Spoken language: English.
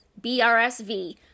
brsv